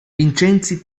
vincenzi